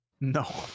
No